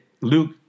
Luke